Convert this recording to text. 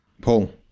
Paul